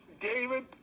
David